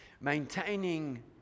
Maintaining